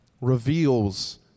reveals